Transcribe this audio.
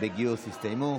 בגיוס הסתיימו.